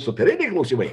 superiniai klausimai